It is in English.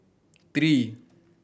three